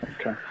okay